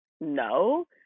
no